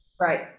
right